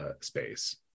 space